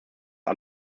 des